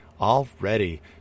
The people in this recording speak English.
Already